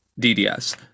DDS